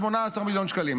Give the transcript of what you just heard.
18 מיליון שקלים,